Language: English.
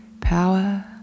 power